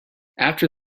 after